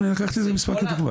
אני לקחתי את המספר כדוגמה.